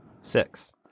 Six